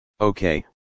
Okay